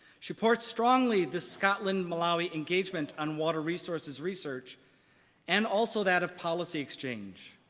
supports strongly the scotland-malawi engagement on water resources research and also that of policy exchange,